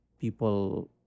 people